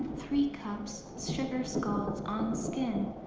three cups sugar scalds on skin.